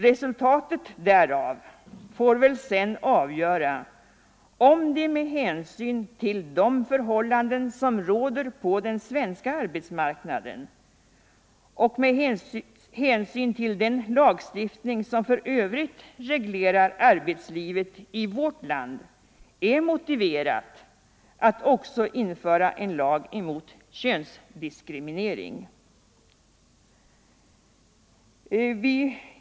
Resultatet därav får väl sedan avgöra om det med hänsyn mellan män och till de förhållanden som råder på den svenska arbetsmarknaden och med = kvinnor, m.m. hänsyn till den lagstiftning som för övrigt reglerar arbetslivet i vårt land är motiverat att också införa en lag emot könsdiskriminering.